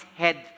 head